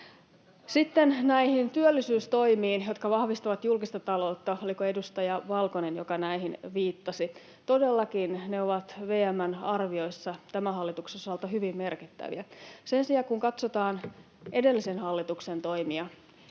Sitten näihin työllisyystoimiin, jotka vahvistavat julkista taloutta — oliko edustaja Valkonen, joka näihin viittasi. Todellakin ne ovat VM:n arvioissa tämän hallituksen osalta hyvin merkittäviä. Sen sijaan kun katsotaan edellisen hallituksen toimia,